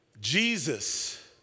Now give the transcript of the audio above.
Jesus